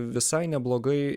visai neblogai